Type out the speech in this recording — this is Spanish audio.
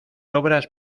obras